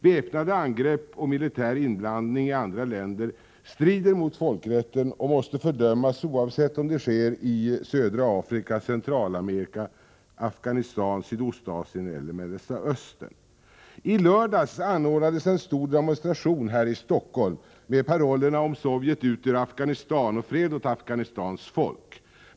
Väpnade angrepp och militär inblandning i andra länder strider mot folkrätten och måste fördömas oavsett om det sker i södra Afrika, Centralamerika, Afghanistan, Sydostasien eller Mellersta Östern. I lördags anordnades en stor demonstration här i Stockholm med parollerna Sovjet ur ur Afghanistan och Fred åt Afghanistans folk.